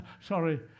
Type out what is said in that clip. Sorry